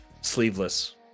Sleeveless